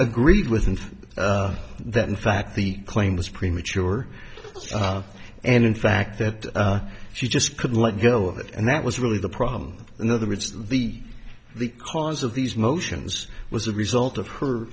agreed with and that in fact the claim was premature and in fact that she just couldn't let go of it and that was really the problem in other words the the cause of these motions was a result of her